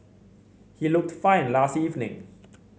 he looked fine last evening